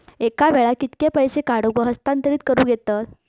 एका वेळाक कित्के पैसे काढूक व हस्तांतरित करूक येतत?